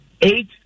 eight